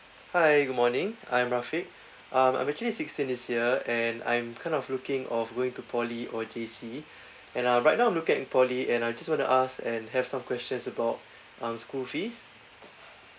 hi good morning I'm rafiq um I'm actually sixteen this year and I'm kind of looking of going to poly or J_C and uh right now I'm looking at poly and I just want ask and have some questions about um school fees